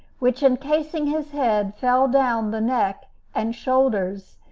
which, encasing his head, fell down the neck and shoulders,